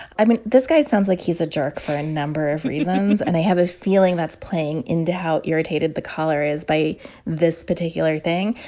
i mean, this guy sounds like he's a jerk for a number of reasons. and i have a feeling that's playing into how irritated the caller is by this particular thing.